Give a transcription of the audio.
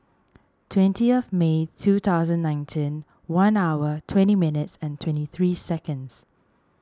twentieth May two thousand nineteen one hour twenty minutes and twenty three seconds